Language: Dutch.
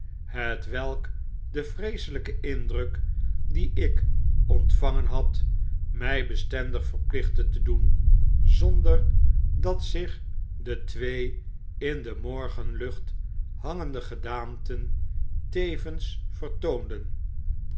hetwelk de vreeselyke indruk dien ik ontvangen had my bestendig verplichtte te doen zonder dat zich de twee in de morgenlucht hangende gedaanten tevens vertoonden